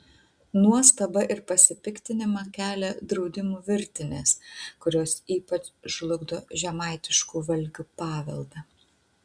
nuostabą ir pasipiktinimą kelia draudimų virtinės kurios ypač žlugdo žemaitiškų valgių paveldą